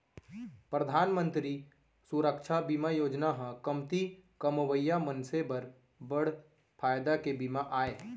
परधान मंतरी सुरक्छा बीमा योजना ह कमती कमवइया मनसे बर बड़ फायदा के बीमा आय